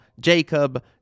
Jacob